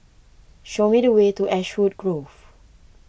show me the way to Ashwood Grove